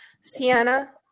Sienna